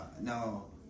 No